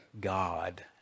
God